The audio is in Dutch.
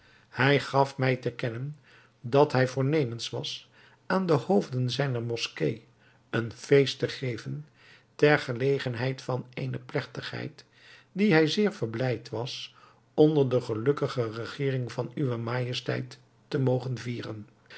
hij gaf mij te kennen dat hij voornemens was aan de hoofden zijner moskee een feest te geven ter gelegenheid van eene plegtigheid die hij zeer verblijd was onder de gelukkige regering van uwe majesteit te mogen vieren